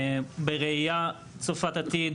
בראייה צופת עתיד,